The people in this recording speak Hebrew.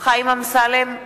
חיים אמסלם,